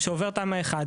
שעובר תמ"א 1,